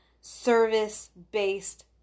service-based